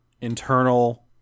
internal